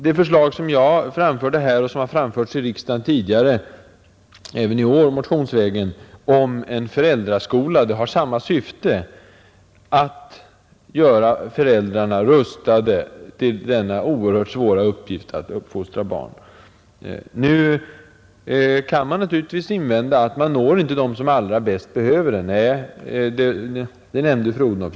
Det förslag som jag framförde här, och som har framförts i riksdagen tidigare i år motionsvägen, om en föräldraskola har samma syfte: att göra föräldrarna rustade till denna oerhört svåra uppgift: att uppfostra barn. Nu kan man naturligtvis invända, att man inte når dem som allra bäst behöver det — det nämnde fru Odhnoff.